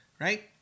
right